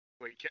Wait